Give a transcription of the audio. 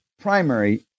primary